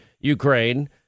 Ukraine